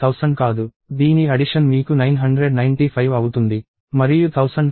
దీని అడిషన్ మీకు 995 అవుతుంది మరియు 1000 కాదు